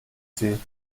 sie